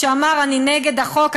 שאמר: אני נגד החוק,